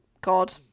god